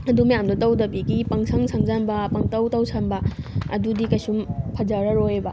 ꯑꯗꯨ ꯃꯌꯥꯝꯗꯨ ꯇꯧꯗꯕꯤꯒꯤ ꯄꯪꯁꯪ ꯁꯪꯖꯟꯕ ꯄꯪꯇꯧ ꯇꯧꯁꯟꯕ ꯑꯗꯨꯗꯤ ꯀꯩꯁꯨꯝ ꯐꯖꯔꯔꯣꯏꯑꯕ